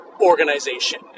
organization